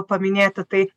paminėti tai